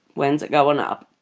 when's it going up?